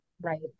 right